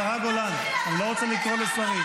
--- השרה גולן, אני לא רוצה לקרוא לשרים.